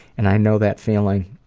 and i know that feeling.